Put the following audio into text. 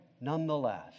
nonetheless